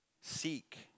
seek